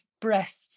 breasts